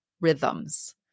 rhythms